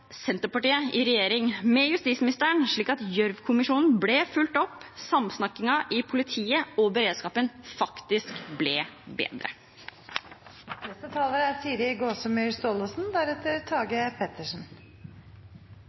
Senterpartiet i regjering med justisministeren, slik at Gjørv-kommisjonen ble fulgt opp og samsnakkingen i politiet og beredskapen faktisk ble